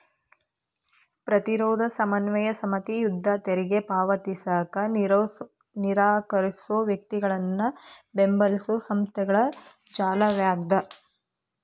ಪ್ರತಿರೋಧ ಸಮನ್ವಯ ಸಮಿತಿ ಯುದ್ಧ ತೆರಿಗೆ ಪಾವತಿಸಕ ನಿರಾಕರ್ಸೋ ವ್ಯಕ್ತಿಗಳನ್ನ ಬೆಂಬಲಿಸೊ ಸಂಸ್ಥೆಗಳ ಜಾಲವಾಗ್ಯದ